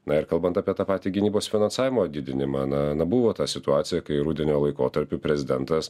na ir kalbant apie tą patį gynybos finansavimo didinimą na na buvo ta situacija kai rudenio laikotarpiu prezidentas